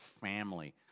family